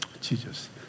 Jesus